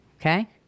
Okay